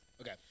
Okay